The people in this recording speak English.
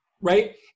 Right